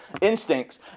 instincts